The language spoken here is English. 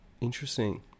interesting